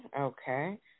okay